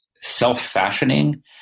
self-fashioning